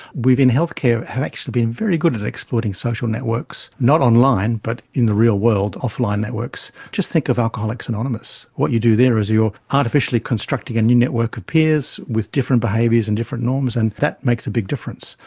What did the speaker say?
we've have actually been very good at exploiting social networks, not online but in the real world, off-line networks. just think of alcoholics anonymous what you do there is you are artificially constructing a new network of peers with different behaviours and different norms, and that makes a big difference.